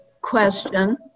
question